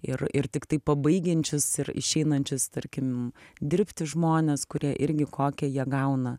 ir ir tiktai pabaigiančius ir išeinančius tarkim dirbti žmones kurie irgi kokią jie gauna